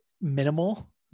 minimal